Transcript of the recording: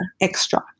extra